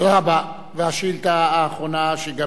והשאילתא האחרונה, שגם היא תישאל,